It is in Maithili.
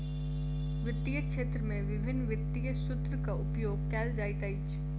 वित्तीय क्षेत्र में विभिन्न वित्तीय सूत्रक उपयोग कयल जाइत अछि